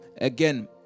Again